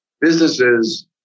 businesses